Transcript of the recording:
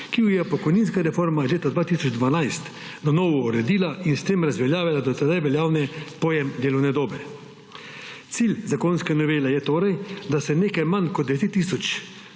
ki jo je pokojninska reforma leta 2012 na novo uredila in s tem razveljavila do tedaj veljavni pojem delovne dobe. Cilj zakonske novele je torej, da se nekaj manj kot 10 tisočim